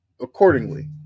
accordingly